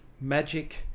magic